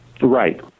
right